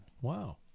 wow